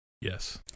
yes